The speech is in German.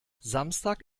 samstag